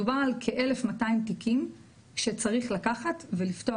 מדובר על כ- 1200 תיקים שצריך לקחת ולפתוח